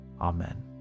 Amen